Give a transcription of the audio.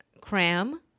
cram